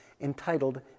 entitled